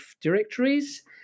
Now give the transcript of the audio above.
directories